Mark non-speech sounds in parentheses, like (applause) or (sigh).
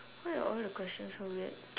why are all the questions so weird (noise)